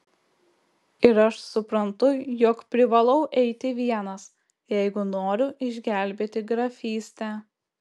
ir aš suprantu jog privalau eiti vienas jeigu noriu išgelbėti grafystę